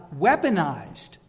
weaponized